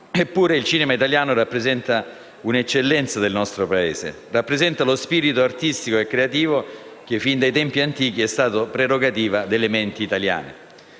Eppure, il cinema italiano rappresenta un'eccellenza del nostro Paese. Rappresenta lo spirito artistico e creativo che, fin dai tempi antichi, è stato prerogativa delle menti italiane.